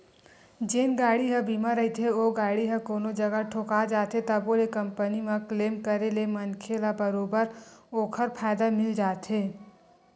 जेन गाड़ी ह बीमा रहिथे ओ गाड़ी ह कोनो जगा ठोका जाथे तभो ले कंपनी म क्लेम करे ले मनखे ल बरोबर ओखर फायदा मिल जाथे